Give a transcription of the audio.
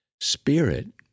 spirit